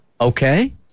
okay